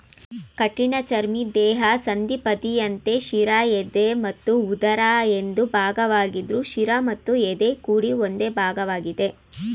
ಕಠಿಣಚರ್ಮಿ ದೇಹ ಸಂಧಿಪದಿಯಂತೆ ಶಿರ ಎದೆ ಮತ್ತು ಉದರ ಎಂದು ಭಾಗವಾಗಿದ್ರು ಶಿರ ಮತ್ತು ಎದೆ ಕೂಡಿ ಒಂದೇ ಭಾಗವಾಗಿದೆ